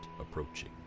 approaching